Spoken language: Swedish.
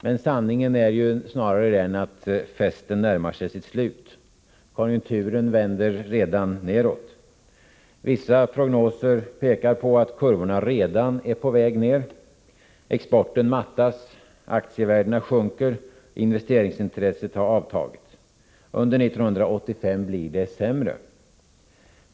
Men sanningen är snarare den att festen närmar sig sitt slut. Konjunkturen vänder redan nedåt. Vissa prognoser pekar på att kurvorna redan är på väg ned. Exporten mattas, aktievärdena sjunker, och investeringsintresset har avtagit. Under år 1985 blir det sämre.